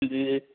जी